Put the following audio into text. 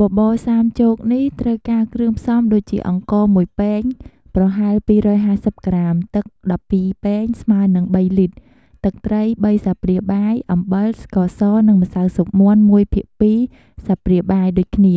បបរសាមចូកនេះត្រូវការគ្រឿងផ្សំដូចជា អង្ករ ១ ពែង ប្រហែល ២៥០ ក្រាម ទឹក ១២ ពែង ស្មើនឹង ៣ លីត្រ ទឹកត្រី ៣ ស្លាបព្រាបាយ អំបិល ស្ករស និងម្សៅស៊ុបមាន់ ១ភាគ២ ស្លាបព្រាបាយដូចគ្នា